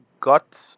got